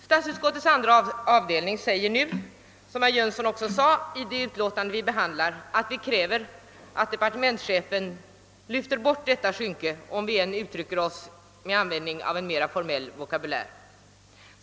Statsutskottets andra avdelning säger nu i sitt utlåtande — vilket herr Jönsson i Arlöv också framhöll — att det krävs att departementschefen lyfter bort detta skynke för att nu använda en mera informell vokabulär.